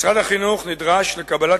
משרד החינוך נדרש לקבלת